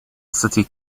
city